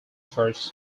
first